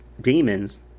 demons